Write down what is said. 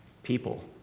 People